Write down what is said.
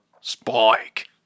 Spike